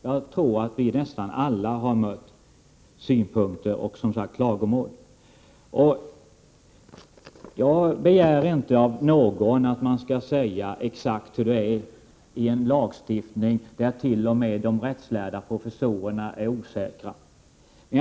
Jag tror att nästan alla har mött synpunkter och klagomål i detta sammanhang. Jag begär inte att man skall kunna säga exakt hur det förhåller sig när det gäller en lagstiftning som t.o.m. rättslärda professorer är osäkra på.